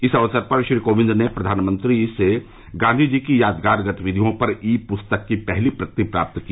इस अवसर पर श्री कोविंद ने प्रधानमंत्री से गांधी जी की यादगार गतिविधियों पर ई पुस्तक की पहली प्रति प्राप्त की